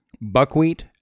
Buckwheat